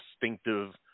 distinctive